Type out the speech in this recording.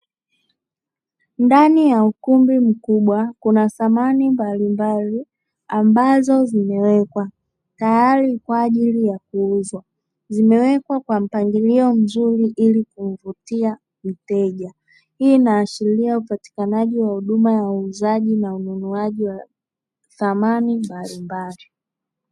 Ndani ya ukumbi mkubwa kuna samani mbalimbali ambazo zimewekwa, tayari kwa ajili ya kuuzwa. Zimewekwa kwa mpangilio mzuri ili kumvutia mteja, hii inaashiria upatikanajia wa huduma wa uuzaji na ununuaji wa samani mbalimbali.